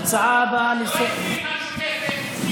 ההצעה הבאה, לא הזכיר את המשותפת.